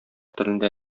телендә